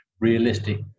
realistic